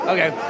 Okay